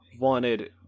wanted